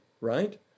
right